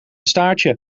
staartje